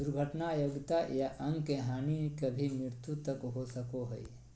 दुर्घटना अयोग्यता या अंग के हानि कभी मृत्यु तक हो सको हइ